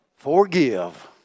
Forgive